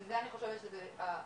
זה אני חושבת שזה העיקר.